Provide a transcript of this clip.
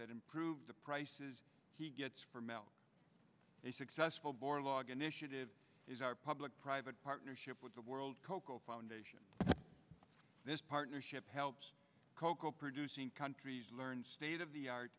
that improve the prices he gets from l a successful boar log initiative is our public private partnership with the world cocoa foundation this partnership helps cocoa producing countries learn state of the ar